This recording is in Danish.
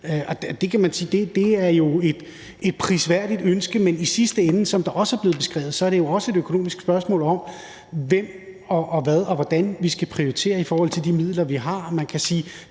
jo er et prisværdigt ønske, men i sidste ende er det jo, som det også er blevet beskrevet, også et økonomisk spørgsmål, med hensyn til hvem, hvad og hvordan vi skal prioritere i forhold til de midler, vi har.